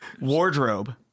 Wardrobe